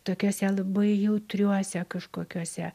tokiose labai jautriuose kažkokiuose